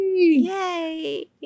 Yay